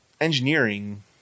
engineering